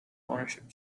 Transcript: ownership